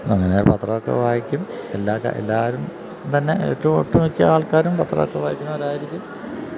അങ്ങനെ പത്രമൊക്കെ വായിക്കും എല്ലാവരും തന്നെ ഒട്ടുമിക്കയാൾക്കാരും പത്രമൊക്കെ വായിക്കുന്നവരായിരിക്കും